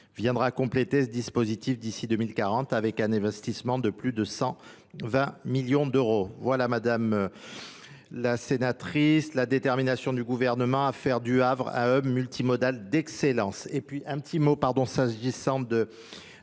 Viendra compléter ce dispositif d'ici 2040 avec un investissement de plus de 120 millions d'euros. Voilà madame la sénatrice, la détermination du gouvernement à faire du Havre à Homme multimodal d'excellence.